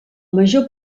major